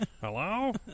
Hello